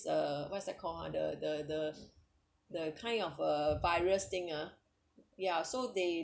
uh what's that called a the the the the kind of a virus thing ah ya so they